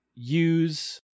use